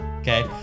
Okay